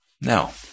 Now